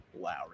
lowry